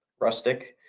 rustic,